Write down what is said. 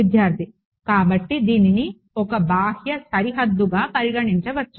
విద్యార్ధి కాబట్టిదీనిని ఒక బాహ్య సరిహద్దుగా పరిగణించవచ్చు